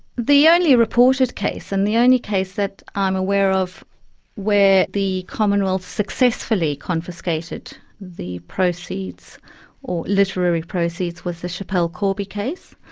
the only reported case, and the only case that i'm aware of where the commonwealth successfully confiscated the proceeds or literary proceeds, was the schapelle corby case.